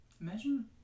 Imagine